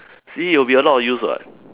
see it'll be a lot of use [what]